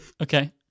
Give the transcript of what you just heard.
Okay